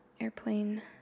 airplane